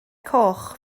coch